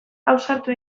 ausartu